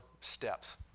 steps